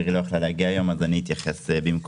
מירי לא יכלה להגיע היום אז אני אתייחס במקומה.